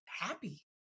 happy